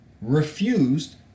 refused